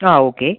ആ ഓക്കെ